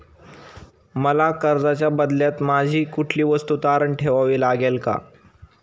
मला कर्जाच्या बदल्यात माझी कुठली वस्तू तारण ठेवावी लागेल का?